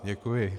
Děkuji.